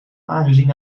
aangezien